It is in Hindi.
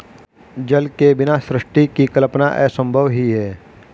जल के बिना सृष्टि की कल्पना असम्भव ही है